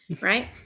right